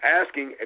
asking